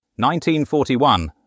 1941